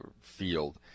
field